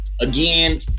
Again